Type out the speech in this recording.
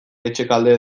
etxekalte